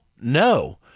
no